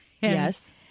Yes